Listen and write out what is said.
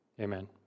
Amen